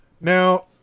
now